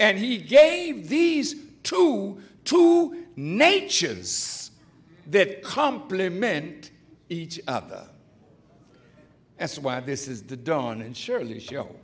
and he gave these two two natures that compliment each other that's why this is the dawn and surely show